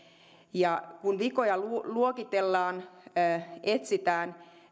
ja kun vikoja luokitellaan etsitään